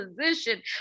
position